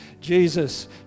Jesus